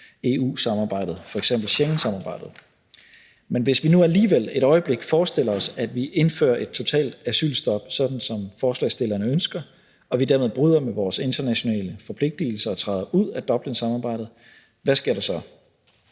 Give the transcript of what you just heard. EU-samarbejdet, f.eks. Schengensamarbejdet. Hvis vi nu alligevel et øjeblik forestiller os, at vi indfører et totalt asylstop, sådan som forslagsstillerne ønsker, og at vi dermed bryder med vores internationale forpligtigelser og træder ud af Dublinsamarbejdet, hvad sker der så?